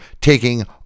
taking